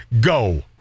Go